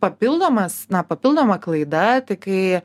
papildomas na papildoma klaida tai kai